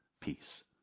peace